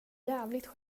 jävligt